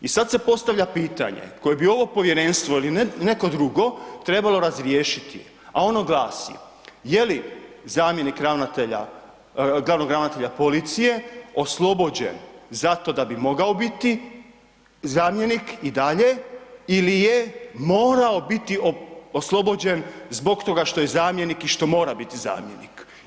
I sad se postavlja pitanje koje bi ovo povjerenstvo ili neko drugo trebalo razriješiti, a ono glasi, je li zamjenik ravnatelja, glavnog ravnatelja policije oslobođen zato da bi mogao biti zamjenik i dalje ili je morao biti oslobođen zbog toga što je zamjenik i što mora biti zamjenik?